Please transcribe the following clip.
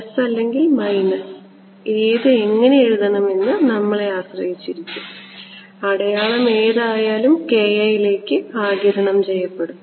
plus അല്ലെങ്കിൽ minus ഏത് എങ്ങനെ എഴുതണം എന്നത് നമ്മളെ ആശ്രയിച്ചിരിക്കും അടയാളം ഏതായാലും ലേക്ക് ആഗിരണം ചെയ്യപ്പെടും